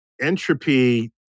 entropy